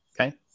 Okay